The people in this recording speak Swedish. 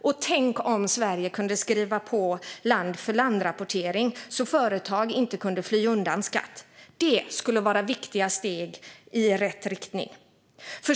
Och tänk om Sverige kunde skriva på land-för-land-rapportering så att företag inte kan fly undan skatt! Det skulle vara viktiga steg i rätt riktning.